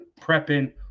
prepping